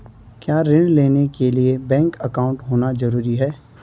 क्या ऋण लेने के लिए बैंक अकाउंट होना ज़रूरी है?